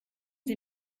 sie